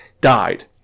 died